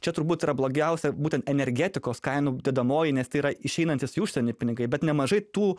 čia turbūt yra blogiausia būtent energetikos kainų dedamoji nes tai yra išeinantys į užsienį pinigai bet nemažai tų